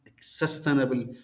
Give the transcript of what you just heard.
sustainable